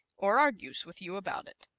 or argues with you about it.